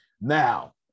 Now